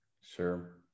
Sure